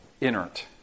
inert